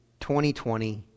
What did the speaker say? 2020